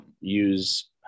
use